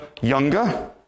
younger